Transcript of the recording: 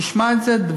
תשמע את זה,